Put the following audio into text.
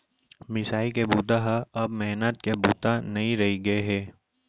मिसाई के बूता ह अब मेहनत के बूता नइ रहि गे हे